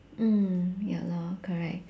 mm ya lor correct